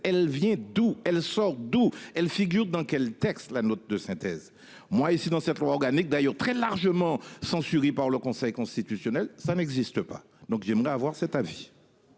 elle vient d'où elle sort d'où elle figure dans quel texte. La note de synthèse moi ici dans cette loi organique d'ailleurs très largement censurée par le Conseil constitutionnel, ça n'existe pas donc j'aimerais avoir cet avis.